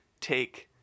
take